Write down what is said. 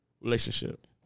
relationship